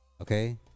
Okay